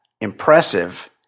impressive